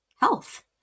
health